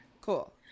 cool